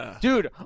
dude